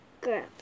Girl